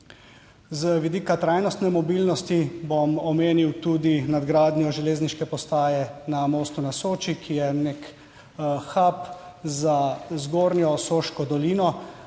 Z vidika trajnostne mobilnosti bom omenil tudi nadgradnjo železniške postaje na Mostu na Soči, ki je nek hub za zgornjo Soško dolino